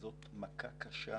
זאת מכה קשה,